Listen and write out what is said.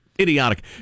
idiotic